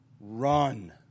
Run